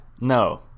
No